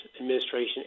administration